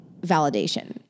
validation